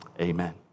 Amen